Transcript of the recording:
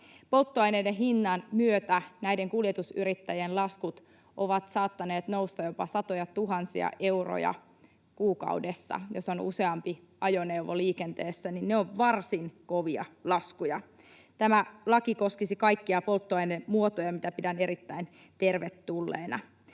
Polttoaineiden hinnan myötä näiden kuljetusyrittäjien laskut ovat saattaneet nousta jopa satojatuhansia euroja kuukaudessa, jos on useampi ajoneuvo liikenteessä. Ne ovat varsin kovia laskuja. Tämä laki koskisi kaikkia polttoainemuotoja, mitä pidän erittäin tervetulleena.